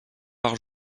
par